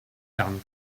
done